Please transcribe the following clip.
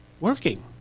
working